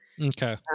Okay